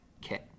Kit